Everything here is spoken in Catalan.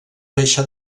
reixa